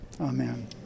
Amen